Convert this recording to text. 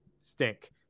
stink